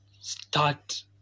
start